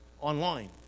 online